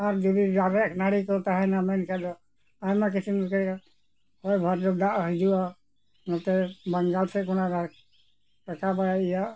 ᱟᱨ ᱡᱩᱫᱤ ᱫᱟᱨᱮ ᱱᱟᱹᱲᱤ ᱠᱚ ᱛᱟᱦᱮᱱᱟ ᱢᱮᱱᱠᱷᱟᱱ ᱫᱚ ᱟᱭᱢᱟ ᱠᱤᱪᱷᱩᱢ ᱫᱟᱜ ᱦᱤᱡᱩᱜᱼᱟ ᱱᱚᱛᱮ ᱵᱟᱝᱜᱟᱞ ᱥᱮᱫ ᱠᱷᱚᱱᱟᱜ ᱨᱟᱠᱟᱵᱟᱭ ᱤᱭᱟᱹ